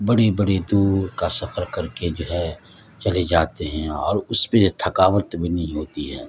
بڑی بڑی دور کا سفر کر کے جو ہے چلے جاتے ہیں اور اس پہ جو تھکاوٹ بھی نہیں ہوتی ہے